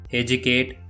educate